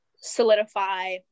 solidify